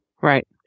Right